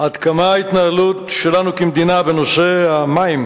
עד כמה ההתנהלות שלנו כמדינה בנושא המים